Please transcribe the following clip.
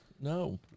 No